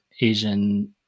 Asian